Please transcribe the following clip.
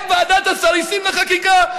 הם ועדת הסריסים לחקיקה.